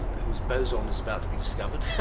whose boson is about to be discovered.